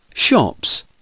Shops